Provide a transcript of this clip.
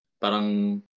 parang